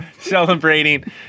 Celebrating